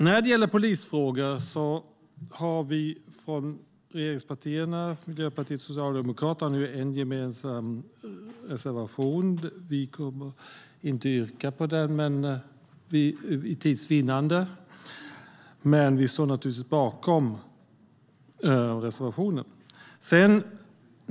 När det gäller polisfrågor har vi från regeringspartierna, Miljöpartiet och Socialdemokraterna, en gemensam reservation. Vi kommer inte att yrka bifall till den, för tids vinnande. Men vi står naturligtvis bakom reservationen.